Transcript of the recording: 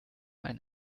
ein